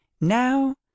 now